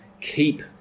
keep